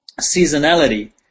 seasonality